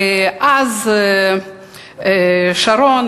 ואז שרון,